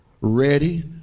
ready